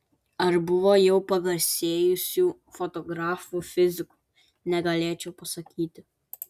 ar buvo jau pagarsėjusių fotografų fizikų negalėčiau pasakyti